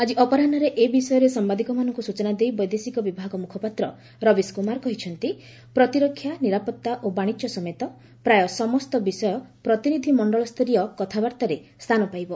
ଆଜି ଅପରାହରେ ଏ ବିଷୟରେ ସାମ୍ବାଦିକମାନଙ୍କୁ ସୂଚନା ଦେଇ ବୈଦେଶିକ ବିଭାଗ ମୁଖପାତ୍ର ରବିଶ କୁମାର କହିଛନ୍ତି ପ୍ରତିରକ୍ଷା ନିରାପତ୍ତା ଓ ବାଣିଜ୍ୟ ସମେତ ପ୍ରାୟ ସମସ୍ତ ବିଷୟ ପ୍ରତିନିଧି ମଣ୍ଡଳ ସ୍ତରୀୟ କଥାବାର୍ଭାରେ ସ୍ଥାନ ପାଇବ